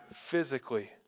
physically